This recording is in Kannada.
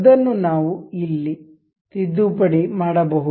ಅದನ್ನು ನಾವು ಇಲ್ಲಿ ತಿದ್ದುಪಡಿ ಮಾಡಬಹುದು